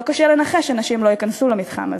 לא קשה לנחש שנשים לא ייכנסו למתחם הזה.